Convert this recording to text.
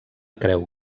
creu